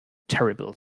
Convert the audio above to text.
terrible